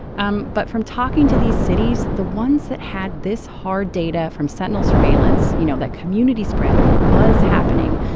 um but from talking to these cities, the ones that had this hard data from sentinel surveillance, you know, that community spread was happening,